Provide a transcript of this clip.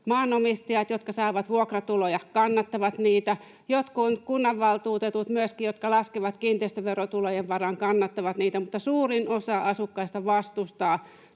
maanomistajat, jotka saavat vuokratuloja, kannattavat niitä. Myöskin jotkut kunnanvaltuutetut, jotka laskevat kiinteistöverotulojen varaan, kannattavat niitä, mutta suurin osa asukkaista vastustaa